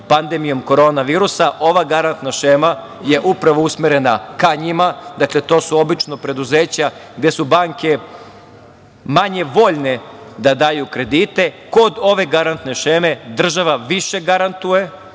pandemijom korona virusa. Ova garantna šema je upravo usmerena ka njima. Dakle, to su obično preduzeća gde su banke manje voljne da daju kredite. Kod ove garantne šeme država više garantuje